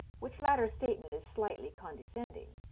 which latter statement is slightly condescending.